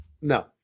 No